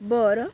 बरं